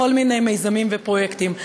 בכל מיני מיזמים ופרויקטים,